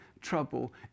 trouble